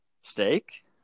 Steak